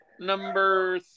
number